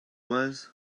was